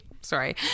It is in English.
Sorry